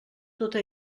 tota